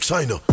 China